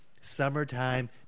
summertime